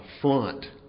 front